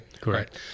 correct